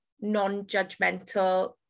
non-judgmental